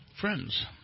friends